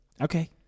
Okay